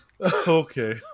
Okay